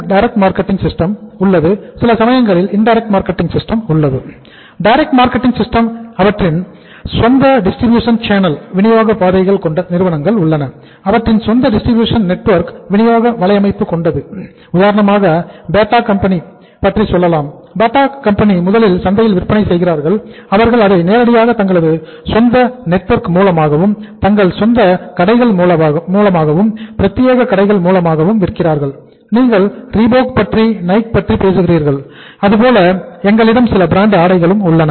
direct marketing system பற்றி பேசுகிறீர்கள் அதுபோல எங்களிடம் சில பிராண்டட் ஆடைகளும் உள்ளன